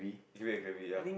and Glarry ya